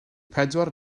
pedwar